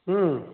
ହୁଁ